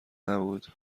نبود